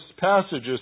passages